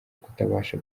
kutabasha